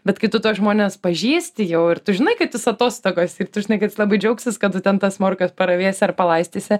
bet kai tu tuos žmones pažįsti jau ir tu žinai kad jis atostogose ir tu žinai kad jis labai džiaugsis kad tu ten tas morkas paravėsi ar palaistysi